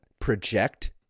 project